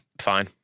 Fine